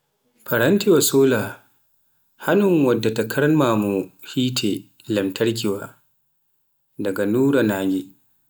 faranti wa sola, hannun waddata karmamu hetti lamtarkiwa daga nuura nnage.